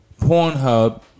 Pornhub